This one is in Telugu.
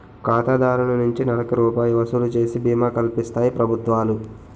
ఖాతాదారు నుంచి నెలకి రూపాయి వసూలు చేసి బీమా కల్పిస్తాయి ప్రభుత్వాలు